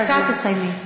דקה ותסיימי.